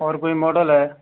और कोई मॉडल है